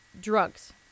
drugs